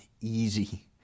easy